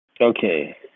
Okay